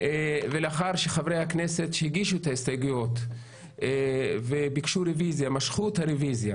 לאחר שחברי הכנסת שהגישו את ההסתייגויות וביקשו רביזיה משכו את הרביזיה